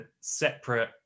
separate